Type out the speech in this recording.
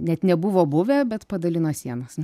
net nebuvo buvę bet padalino sienas